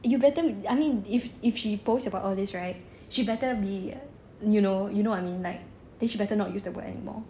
you better I mean if if she post about all this right she better be you know you know what I mean like think she better not use the word anymore